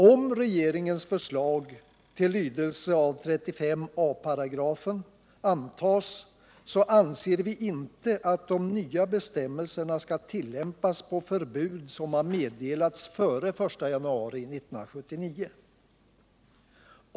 Om regeringens förslag till lydelse av 35 a § antas anser vi inte att de nya bestämmelserna skall tillämpas på förbud som har meddelats före den 1 januari 1979.